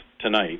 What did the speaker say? tonight